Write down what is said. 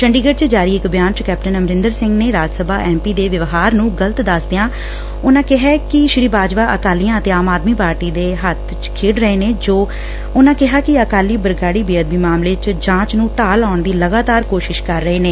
ਚੰਡੀਗੜ੍ ਚ ਜਾਰੀ ਇਕ ਬਿਆਨ ਚ ਕੈਪਟਨ ਅਮਰਿੰਦਰ ਸਿੰਘ ਨੇ ਰਾਜ ਸਭਾ ਐਮ ਪੀ ਦੇ ਵਿਵਹਾਰ ਨੂੰ ਗਲਤ ਦਸਦਿਆਂ ਉਨੁਾਂ ਕਿਹੈ ਕਿ ਸ੍ਰੀ ਬਾਜਵਾ ਅਕਾਲੀਆਂ ਅਤੇ ਆਮ ਆਦਮੀ ਪਾਰਟੀ ਦੇ ਹੱਬਾਂ ਚ ਖੇਡ ਰਹੇ ਨੇ ਉਨਾਂ ਕਿਹਾ ਕਿ ਅਕਾਲੀ ਬਰਗਾਤੀ ਬੇਅਦਬੀ ਮਾਮਲੇ ਚ ਜਾਂਚ ਨੂੰ ਢਾਹ ਲਾਉਣ ਦੀ ਲਗਾਤਾਰ ਕੋਸ਼ਿਸ਼ ਕਰ ਰਹੇ ਨੇ